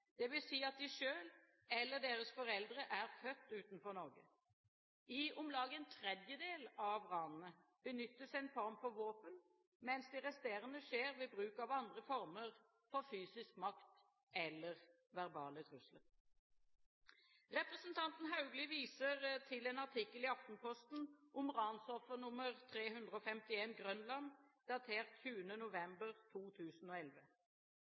at de selv eller deres foreldre er født utenfor Norge. I om lag en tredjedel av ranene benyttes en form for våpen, mens de resterende skjer ved bruk av andre former for fysisk makt eller verbale trusler. Representanten Haugli viser til en artikkel i Aftenposten om «Ransoffer nr. 351, Grønland», datert 21. november 2011.